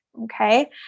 Okay